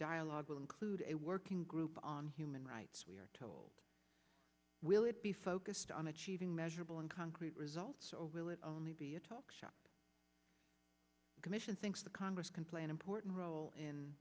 dialogue will include a working group on human rights we are told will it be phone just on achieving measurable and concrete results or will it only be a talk shop commission thinks the congress can play an important role in